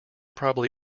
probably